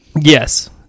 Yes